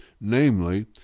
namely